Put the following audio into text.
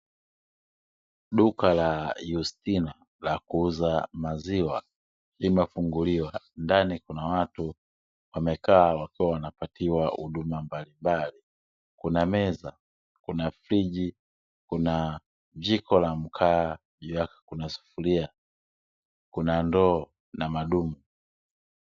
Duka la Yustina la kuuza maziwa limefunguliwa. Ndani kuna watu wamekaa wakiwa wanapatiwa huduma mbalimbali. Kuna meza, kuna friji, kuna jiko la mkaa juu yake kuna sufuria, kuna ndoo, na madumu.